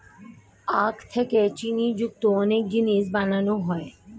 আখ থেকে চিনি যুক্ত অনেক জিনিস বানানো হয়